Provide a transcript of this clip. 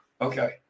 Okay